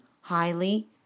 highly